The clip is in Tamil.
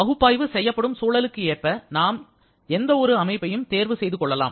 பகுப்பாய்வு செய்யப்படும் சூழலுக்கு ஏற்ப நாம் எந்த ஒரு அமைப்பையும் தேர்வு செய்துகொள்ளலாம்